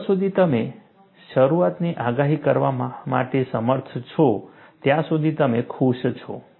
જ્યાં સુધી તમે શરૂઆતની આગાહી કરવા માટે સમર્થ છો ત્યાં સુધી તમે ખુશ છો